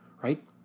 right